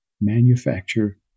manufacture